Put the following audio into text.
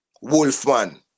Wolfman